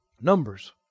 numbers